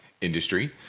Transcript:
industry